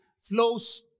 flows